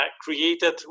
created